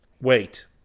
Wait